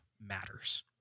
matters